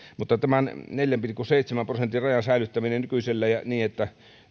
mutta tämän neljän pilkku seitsemän prosentin rajan säilyttäminen nykyisellään niin että